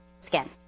skin